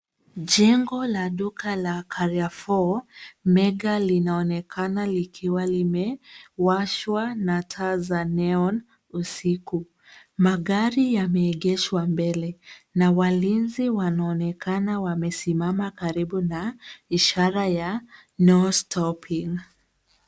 Jengo la duka la carrefour mega linaonekana likiwa limewashwa na taa za neon usiku. Magari yameegeshwa mbele, na walinzi wanaonekana wamesimama karibu na ishara ya no stopping.